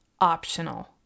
optional